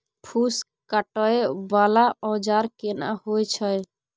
फूस काटय वाला औजार केना होय छै?